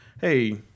hey